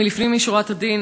לפנים משורת הדין,